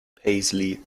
paisley